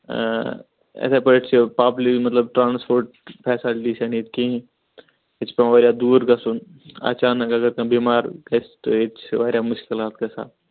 یِتھے پٲٹھۍ چھِ پَبلِک مَطلَب ٹرانسپوٹ فیسَلٹی چھَنہٕ ییٚتہِ کِہیٖنۍ ییٚتہ چھُ پیٚوان واریاہ دوٗر گَژھُن اچانک اگر کانٛہہ بیٚمار گَژھِ تہٕ ییٚتہ چھ واریاہ مُشکِلات گَژھان